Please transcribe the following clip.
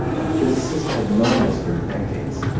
and physicists have known this for decades.